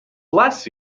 bless